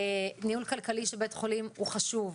ניהול כלכלי של בית חולים הוא חשוב.